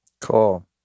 Cool